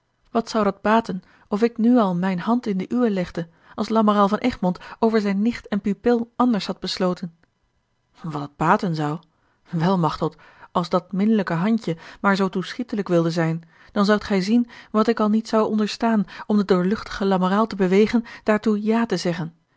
wat zou dat baten of ik nu al mijne hand in de uwe legde als lamoraal van egmond over zijne nicht en pupil anders had besloten wat dat baten zou wel machteld als dat minlijke handje maar zoo toeschietelijk wilde zijn dan zoudt gij zien wat ik al niet zou onderstaan om den doorluchtigen lamoraal te bewegen daartoe ja te zeggen